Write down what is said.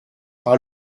par